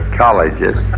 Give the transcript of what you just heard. colleges